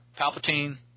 Palpatine